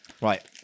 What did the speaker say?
Right